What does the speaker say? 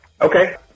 Okay